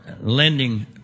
lending